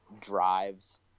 drives